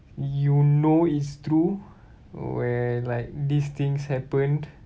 you know it's true where like these things happened